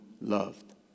loved